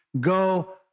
go